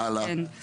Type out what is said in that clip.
הלאה.